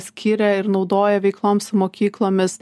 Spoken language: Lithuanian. skiria ir naudoja veikloms su mokyklomis